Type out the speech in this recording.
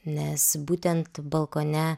nes būtent balkone